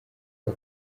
kwa